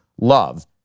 love